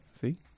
See